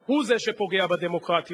הוא זה שפוגע בדמוקרטיה.